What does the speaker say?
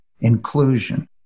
inclusion